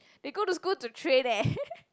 they go to school to train eh